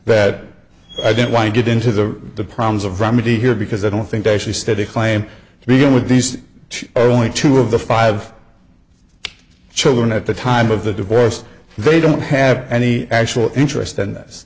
that i didn't want to get into the the problems of remedy here because i don't think i actually said a claim to begin with these two only two of the five children at the time of the divorce they don't have any actual interest